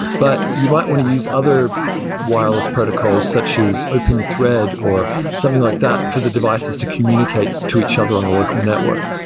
but you might want to use other wireless protocols, such as openthread, or something like that for the devices to communicate to each other on a local network.